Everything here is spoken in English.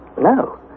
no